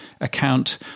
account